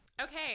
Okay